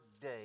Day